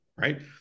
right